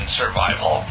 survival